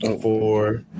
Four